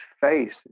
face